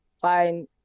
fine